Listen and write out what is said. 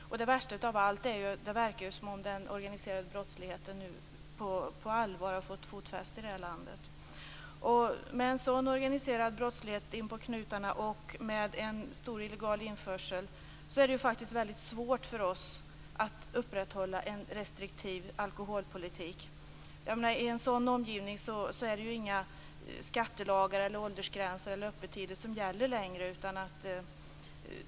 Det värsta av allt är att det verkar som om den organiserade brottsligheten nu på allvar har fått fotfäste här i landet. Med en sådan organiserad brottslighet inpå knutarna och med en stor illegal införsel är det väldigt svårt för oss att upprätthålla en restriktiv alkoholpolitik. I en sådan omgivning gäller inga skattelagar, åldersgränser eller öppettider längre.